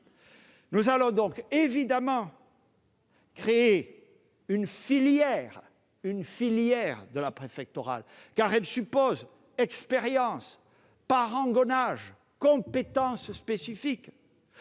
Nous allons évidemment instaurer une filière de la préfectorale, car celle-ci suppose expérience, parangonnage, compétences spécifiques.